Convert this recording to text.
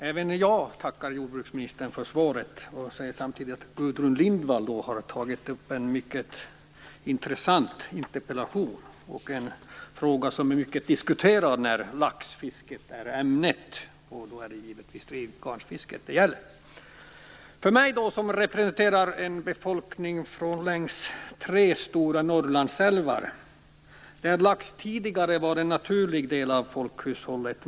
Fru talman! Även jag tackar jordbruksministern för svaret. Samtidigt vill jag säga att Gudrun Lindvall har tagit upp en mycket intressant interpellation. Frågan har diskuterats mycket när ämnet har varit laxfiske. Det gäller givetvis drivgarnsfisket. Jag representerar befolkningen längs tre stora Norrlandsälvar. Där var lax tidigare en naturlig del av folkhushållet.